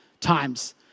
times